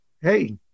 Hey